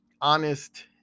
honest